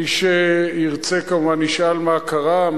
מי שירצה, כמובן, ישאל: מה קרה?